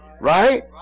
right